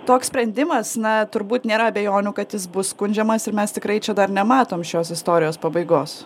toks sprendimas na turbūt nėra abejonių kad jis bus skundžiamas ir mes tikrai čia dar nematom šios istorijos pabaigos